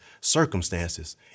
circumstances